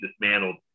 dismantled